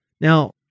Now